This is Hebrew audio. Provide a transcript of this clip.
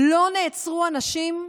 לא נעצרו אנשים.